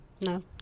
No